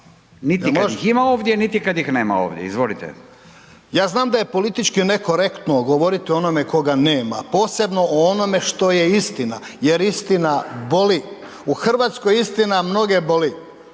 Jel može?/… Izvolite. **Culej, Stevo (HDZ)** Ja znam da je politički nekorektno govoriti o onome koga nema, posebno o onome što je istina jer istina boli. U Hrvatskoj istina mnoge boli.